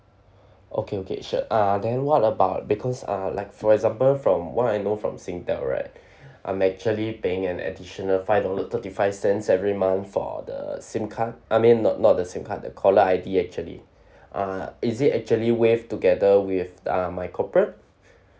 okay okay sure ah then what about because uh like for example from what I know from singtel right I'm actually paying an additional five dollar thirty five cents every month for the SIM card I mean not not the SIM card the caller I_D actually uh is it actually waive together with uh my corporate